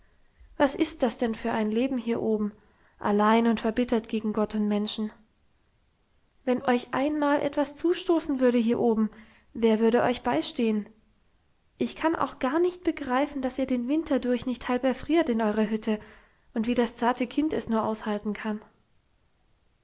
was ist das für ein leben hier oben allein und verbittert gegen gott und menschen wenn euch einmal etwas zustoßen würde hier oben wer würde euch beistehen ich kann auch gar nicht begreifen dass ihr den winter durch nicht halb erfriert in eurer hütte und wie das zarte kind es nur aushalten kann